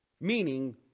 meaning